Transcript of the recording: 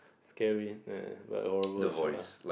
scare me neh but a horrible shot ah